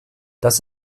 das